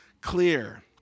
clear